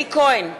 אלי כהן,